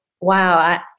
wow